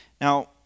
Now